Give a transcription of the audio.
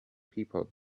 people